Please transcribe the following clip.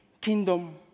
kingdom